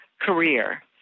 career